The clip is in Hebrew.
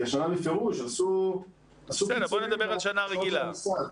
כי השנה בפירוש עשו פיצולים בשעות של המשרד.